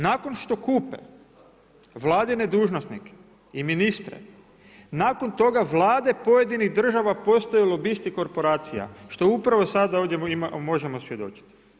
Nakon što kupe vladine dužnosnike i ministre, nakon toga vlade pojedinih država postaju lobisti korporacija što upravo sada ovdje možemo svjedočiti.